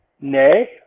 Nay